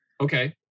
Okay